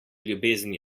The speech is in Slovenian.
ljubezni